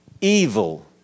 evil